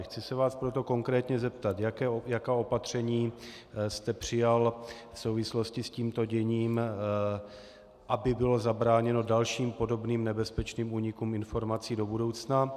Chci se vás proto konkrétně zeptat, jaké opatření jste přijal v souvislosti s tímto děním, aby bylo zabráněno podobným nebezpečným únikům informací do budoucna.